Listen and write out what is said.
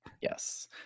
Yes